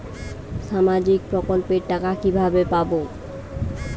সামাজিক প্রকল্পের টাকা কিভাবে পাব?